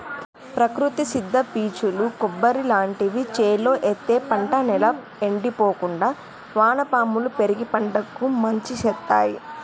ప్రకృతి సిద్ద పీచులు కొబ్బరి లాంటివి చేలో ఎత్తే పంట నేల ఎండిపోకుండా వానపాములు పెరిగి పంటకు మంచి శేత్తాయ్